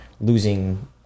losing